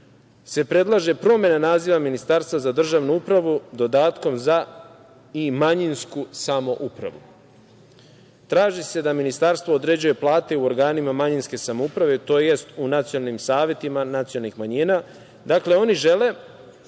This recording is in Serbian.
se predlaže promena naziva Ministarstva za državnu upravu dodatkom za - i manjinsku samoupravu. Traži se da ministarstvo određuje plate u organima manjinske samouprave, tj. u nacionalnim savetima nacionalnih manjina. Dakle, oni žele